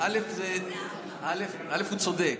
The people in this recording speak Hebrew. הוא צודק.